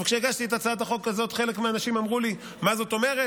כשהגשתי את הצעת החוק הזאת חלק מהאנשים אמרו לי: מה זאת אומרת?